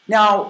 Now